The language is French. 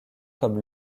comme